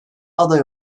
aday